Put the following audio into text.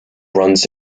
runs